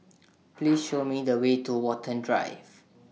Please Show Me The Way to Watten Drive